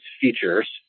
features